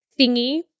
thingy